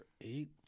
eight